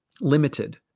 limited